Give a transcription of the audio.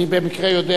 אני במקרה יודע,